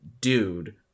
dude